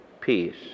peace